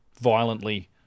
violently